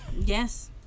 Yes